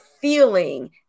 feeling